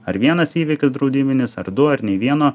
ar vienas įvykis draudiminis ar du ar nei vieno